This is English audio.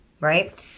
right